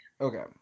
Okay